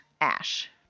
Ash